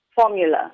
formula